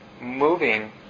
moving